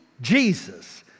Jesus